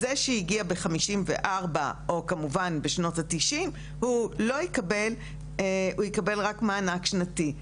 זה שהגיע ב-1954 או כמובן בשנות ה-90' הוא יקבל רק מענק שנתי.